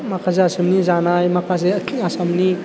माखासे आसामनि जानाय माखासे आसामनि